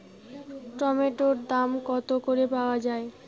টমেটোর দাম কত করে পাওয়া যায়?